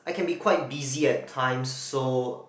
I can be quite busy at times so